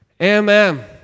Amen